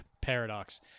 paradox